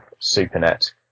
SuperNet